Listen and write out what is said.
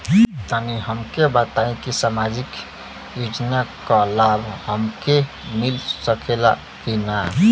तनि हमके इ बताईं की सामाजिक योजना क लाभ हमके मिल सकेला की ना?